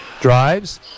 drives